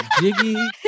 Jiggy